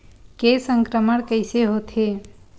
के संक्रमण कइसे होथे?